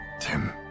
Tim